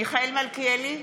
מיכאל מלכיאלי,